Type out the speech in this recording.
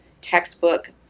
textbook